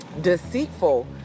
deceitful